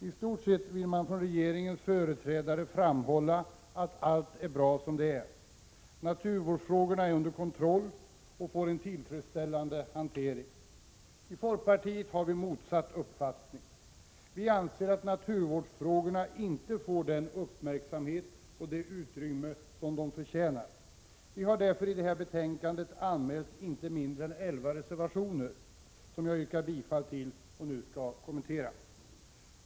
I stort sett vill regeringens företrädare framhålla att allt är bra som det är, att naturvårdsfrågorna är under kontroll och får en tillfredsställande hantering. I folkpartiet har vi motsatt uppfattning. Vi anser att naturvårdsfrågorna inte får den uppmärksamhet och det utrymme som de förtjänar. Vi har därför i det här betänkandet anmält inte mindre än elva reservationer, som jag yrkar bifall till och nu skall kommentera.